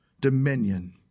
dominion